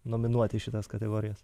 nominuot į šitas kategorijas